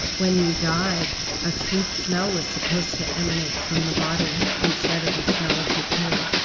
when you died, a sweet smell was supposed to emanate from the body instead of the smell of decay.